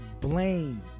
blame